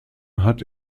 hat